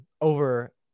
over